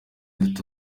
dufite